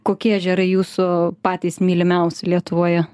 kokie ežerai jūsų patys mylimiausi lietuvoje